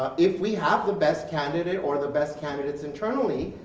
ah if we have the best candidate, or the best candidates internally,